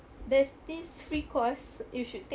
there's this free course you should take